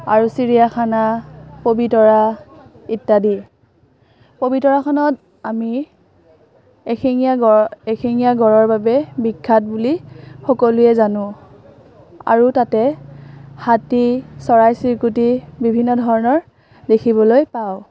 আৰু চিৰিয়াখানা পবিতৰা ইত্যাদি পবিতৰাখনত আমি এশিঙীয়া গড় এশিঙীয়া গড়ৰ বাবে বিখ্যাত বুলি সকলোৱে জানো আৰু তাতে হাতী চৰাই চিৰিকটি বিভিন্ন ধৰণৰ দেখিবলৈ পাওঁ